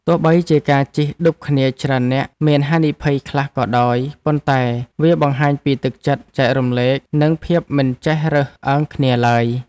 ទោះបីជាការជិះឌុបគ្នាច្រើននាក់មានហានិភ័យខ្លះក៏ដោយប៉ុន្តែវាបង្ហាញពីទឹកចិត្តចែករំលែកនិងភាពមិនចេះរើសអើងគ្នាឡើយ។